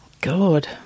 God